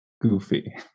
Goofy